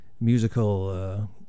musical